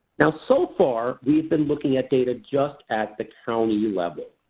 now so far, we've been looking at data just at the county level.